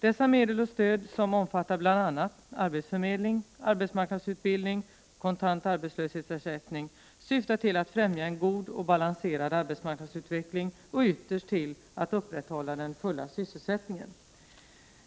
Dessa medel och stöd, som omfattar bl.a. arbetsförmedling, arbetsmarknadsutbildning och kontant arbetslöshetsersättning, syftar till att främja en god och balanserad arbetsmarknadsutveckling och ytterst till att upprätthålla den fulla sysselsättningen.